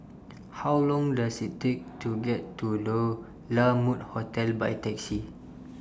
How Long Does IT Take to get to Low La Mode Hotel By Taxi